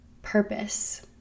purpose